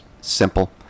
simple